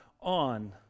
on